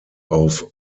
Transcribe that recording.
auf